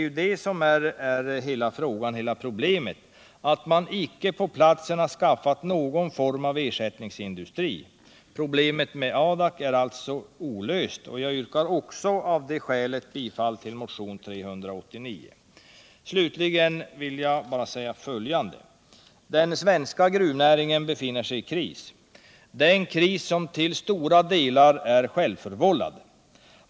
Problemet är ju att man på platsen icke har skaffat någon form av ersättningsindustri. Således är problemet med Adak olöst, och även av det skälet yrkar jag bifall till motionen 389. Slutligen vill jag säga följande. Den svenska gruvnäringen befinner sig i kris. Det är en kris som till stora delar är självförvållad.